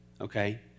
Okay